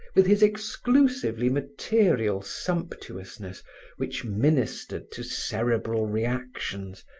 with his exclusively material sumptuousness which ministered to cerebral reactions,